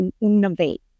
innovate